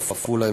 עפולה,